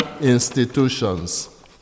institutions